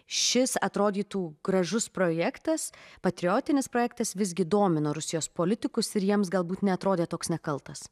šis atrodytų gražus projektas patriotinis projektas visgi domino rusijos politikus ir jiems galbūt neatrodė toks nekaltas